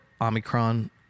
Omicron